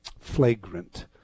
flagrant